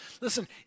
Listen